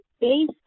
base